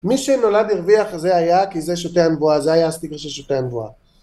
מי שנולד הרוויח זה היה כי זה שוטה הנבואה זה היה הסטיקר של שוטה הנבואה